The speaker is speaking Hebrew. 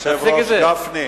נוריד את זה, גפני?